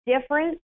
different